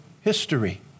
history